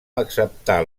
acceptà